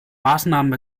maßnahmen